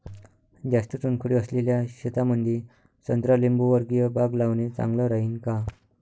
जास्त चुनखडी असलेल्या शेतामंदी संत्रा लिंबूवर्गीय बाग लावणे चांगलं राहिन का?